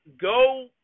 go